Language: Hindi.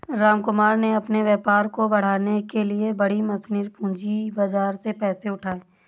रामकुमार ने अपने व्यापार को बढ़ाने के लिए बड़ी मशीनरी पूंजी बाजार से पैसे उठाए